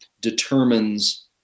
determines